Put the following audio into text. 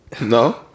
No